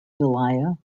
dahlia